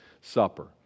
Supper